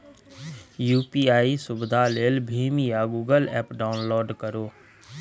UPI सुविधा लेल भीम या गुगल एप्प डाउनलोड करु